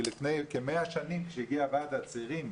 כי לפני 100 שנים כשהגיע לירושלים ועד הצירים